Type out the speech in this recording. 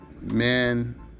man